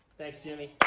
thanks, jimmy.